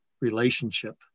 relationship